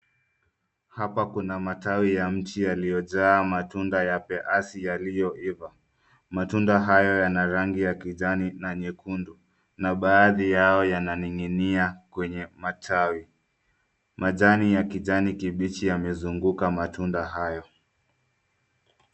Hapa kuna matawi ya mti yaliyo jaa matunda na [cs ] peasi [cs ] yaliyoiva. Matunda hayo yana rangi ya kijani na nyekundu na baadhi yao yananing'inia kwenye matawi. Majani ya kijani kibichi yamezunguka matunda hayo.